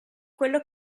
quello